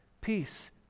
peace